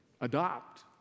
adopt